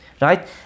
right